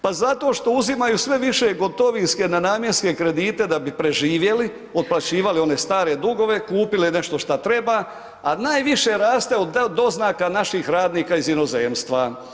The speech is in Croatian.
Pa zato što uzimaju sve više gotovinske nenamjenske kredite da bi preživjeli, otplaćivali one stare dugove, kupili nešto šta treba, a najviše raste od doznaka naših radnika iz inozemstva.